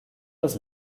das